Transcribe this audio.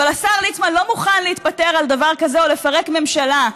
אבל השר ליצמן לא מוכן להתפטר על דבר כזה או לפרק ממשלה.